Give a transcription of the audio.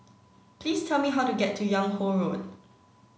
please tell me how to get to Yung Ho Road